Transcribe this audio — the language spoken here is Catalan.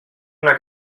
una